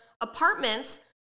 apartments